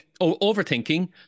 Overthinking